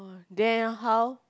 then how